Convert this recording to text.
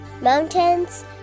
mountains